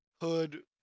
Hood